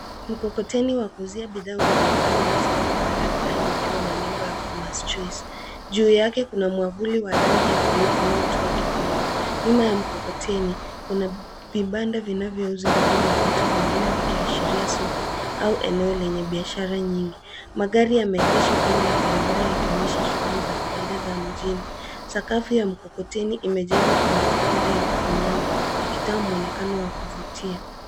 Mkokoteni wa kuuzia bidhaa unaonekana umesimama barabarani ukiwa na nembo ya Farmers Choice. Juu yake kuna mwavuli wa rangi ya buluu unaotoa kivuli. Nyuma ya mkokoteni kuna vibanda vinavyouza nguo na vitu vingine vikiashiria soko au eneo lenye biashara nyingi. Magari yameegeshwa kando ya barabara yakionyesha shughuli za kawaida za mjini. Sakafu ya mkokoteni imejengwa kwa matofali ya kufinyanga ikitoa mwonekano wa kuvutia.